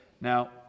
Now